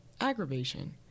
aggravation